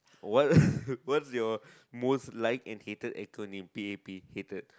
what what's your most like and hated acronym p_a_p hated